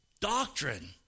doctrine